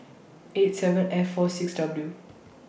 eight seven F four six W